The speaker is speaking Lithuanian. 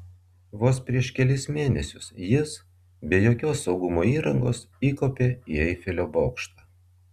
vos prieš kelis mėnesius jis be jokios saugumo įrangos įkopė į eifelio bokštą